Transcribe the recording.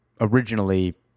originally